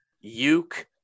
Uke –